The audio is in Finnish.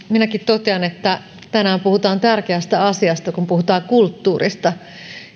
minäkin totean että tänään puhutaan tärkeästä asiasta kun puhutaan kulttuurista